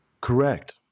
Correct